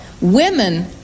women